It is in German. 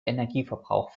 energieverbrauch